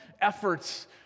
efforts